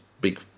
big